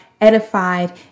edified